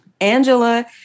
Angela